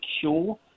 sure